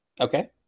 Okay